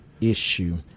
issue